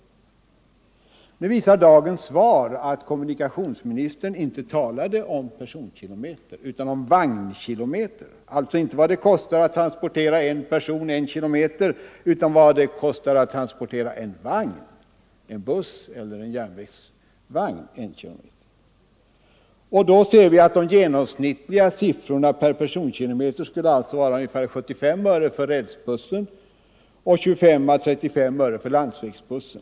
Nu visar dagens svar att kommu Tisdagen den nikationsministern inte talade om personkilometer utan om vagnkilome 26 november 1974 ter, alltså inte om vad det kostar att transportera en person en kilometer, = utan om vad det kostar att transportera en vagn — en buss eller en järn Ang. nedläggningen vägsvagn — en kilometer. De genomsnittliga siffrorna per personkilometer av olönsam skulle alltså vara ungefär 75 öre för rälsbussen och 25 å 35 öre för landsjärnvägstrafik, vägsbussen.